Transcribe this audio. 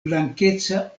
blankeca